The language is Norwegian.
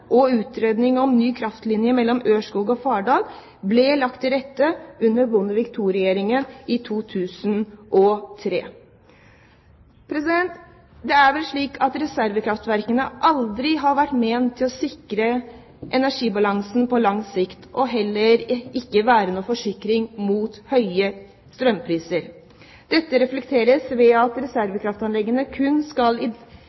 og utredning om ny kraftledning mellom Ørskog og Fardal ble lagt til rette under Bondevik II-regjeringen i 2003. Det er vel slik at reservekraftverkene aldri var ment å skulle sikre energibalansen på lang sikt og heller ikke være noen forsikring mot høye strømpriser. Dette reflekteres ved at